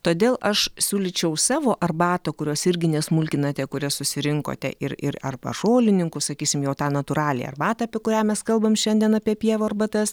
todėl aš siūlyčiau savo arbatą kurios irgi nesmulkinate kurias susirinkote ir ir ir ar pas žolininkus sakysim jau tą natūraliąją arbatą apie kurią mes kalbam šiandien apie pievų arbatas